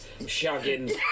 shagging